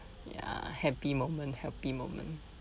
ya happy moment happy moment